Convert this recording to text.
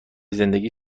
زندگی